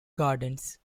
gardens